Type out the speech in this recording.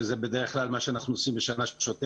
שזה בדרך-כלל מה שאנחנו עושים בשנה שוטפת,